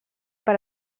per